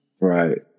Right